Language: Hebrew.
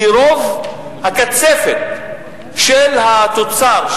כי רוב הקצפת של התוצר,